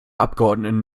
abgeordneten